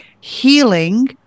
healing